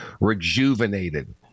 rejuvenated